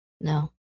No